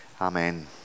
amen